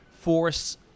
force